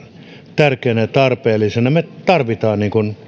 tärkeänä ja tarpeellisena me tarvitsemme